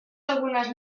algunas